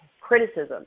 criticism